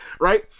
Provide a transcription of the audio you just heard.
right